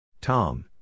Tom